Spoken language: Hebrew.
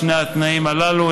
לשני התנאים הללו?